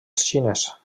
xinès